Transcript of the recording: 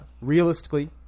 Realistically